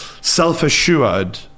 self-assured